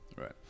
right